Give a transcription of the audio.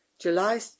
july